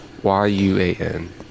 Y-U-A-N